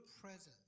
presence